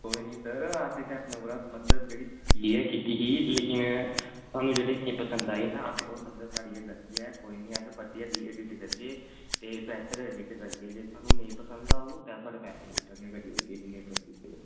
कोई निं सर अस इत्थें अपने कोला जेह्ड़ी में कीती ही लेकिन ओह् जेह्ड़ी ना साढ़ी गै गलती ऐ कोई ना अस री एडिट करगे ते बेह्तर एडिट करगे ते अगर थाह्नूं नेईं पसंद औग ते अस थुआढ़े पैसे बापस करी ओड़गे जिन्ने बी लैते दे होङन